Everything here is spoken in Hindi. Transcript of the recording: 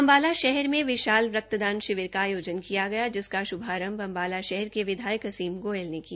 अम्बाला शहर में विशाल रक्तदान शिविर का आयोजन किया गया जिसाक शुभारंभ अम्बाला के विधायक असीम गोयल ने किया